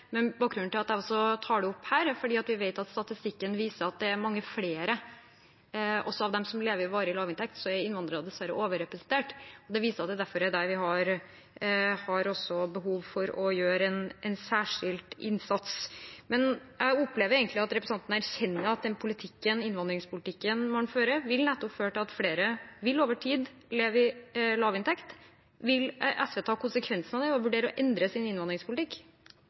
Bakgrunnen for at jeg tar det opp her, er at vi vet at statistikken viser at av dem som lever med varig lavinntekt, er innvandrere dessverre overrepresentert. Det viser derfor at vi har behov for å gjøre en særskilt innsats der. Jeg opplever egentlig at representanten erkjenner at den innvandringspolitikken man fører, vil føre til at flere over tid vil leve med lavinntekt. Vil SV ta konsekvensen av det og vurdere å endre sin innvandringspolitikk?